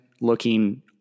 looking